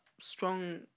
strong